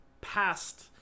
past